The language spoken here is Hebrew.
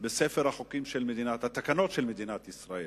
בספר התקנות של מדינת ישראל.